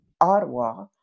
Ottawa